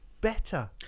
better